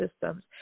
systems